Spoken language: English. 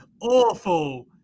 Awful